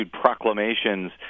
proclamations